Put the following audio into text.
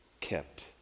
kept